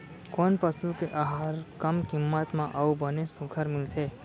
कोन पसु के आहार कम किम्मत म अऊ बने सुघ्घर मिलथे?